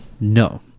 no